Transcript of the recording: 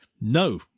no